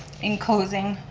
in closing,